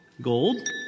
Gold